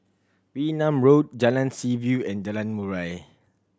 Wee Nam Road Jalan Seaview and Jalan Murai